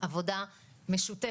עבודה משותפת,